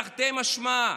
תרתי משמע.